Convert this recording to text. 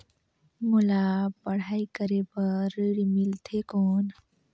मोला पढ़ाई करे बर ऋण मिलथे कौन?